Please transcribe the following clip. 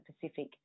Pacific